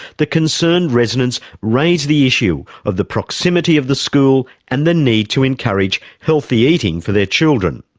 the concerned residents raised the issue of the proximity of the school and the need to encourage healthy eating for their children.